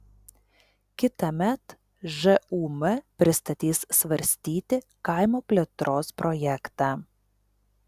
kitąmet žūm pristatys svarstyti kaimo plėtros projektą